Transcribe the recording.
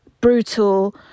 brutal